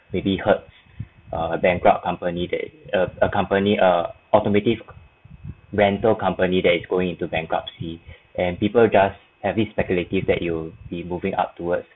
maybe hertz uh bankrupt company that uh a company uh automotive rental company that is going into bankruptcy and people just have this speculative that you be moving up towards